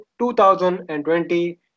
2020